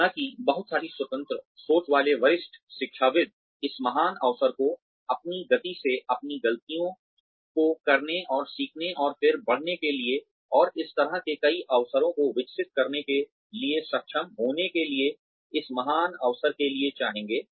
हालांकि बहुत सारी स्वतंत्र सोच वाले वरिष्ठ शिक्षाविद् इस महान अवसर को अपनी गति से अपनी ग़लतियों को करने और सीखने और फिर बढ़ने के लिए और इस तरह के कई अवसरों को विकसित करने के लिए सक्षम होने के लिए इस महान अवसर के लिए चाहेंगे